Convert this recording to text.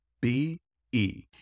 B-E